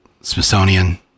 Smithsonian